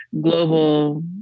global